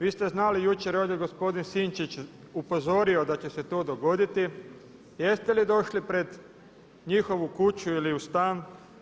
Vi ste znali jučer ovdje gospodine Sinčić je upozorio da će se to dogoditi, jeste li došli pred njihovu kuću ili u stan?